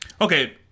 Okay